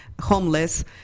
homeless